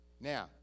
Now